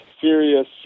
serious